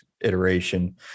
iteration